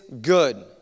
good